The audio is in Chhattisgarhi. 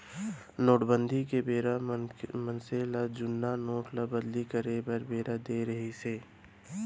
नोटबंदी के बेरा मनसे ल जुन्ना नोट ल बदली करे बर बेरा देय रिहिस हे